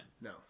No